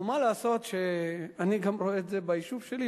ומה לעשות שאני רואה את זה גם ביישוב שלי,